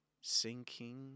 Sinking